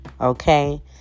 Okay